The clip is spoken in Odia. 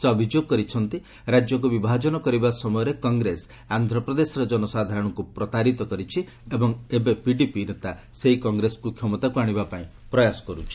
ସେ ଅଭିଯୋଗ କରିଛନ୍ତି ରାଜ୍ୟକୁ ବିଭାଜନ କରିବା ସମୟରେ କଂଗ୍ରେସ ଆନ୍ଧ୍ରପ୍ରଦେଶର ଜନସାଧାରଣଙ୍କୁ ପ୍ରତାରିତ କରିଛି ଏବଂ ଏବେ ପିଡିପି ନେତା ସେହି କଂଗ୍ରେସକୁ କ୍ଷମତାକୁ ଆଣିବାପାଇଁ ପ୍ରୟାସ କରୁଛନ୍ତି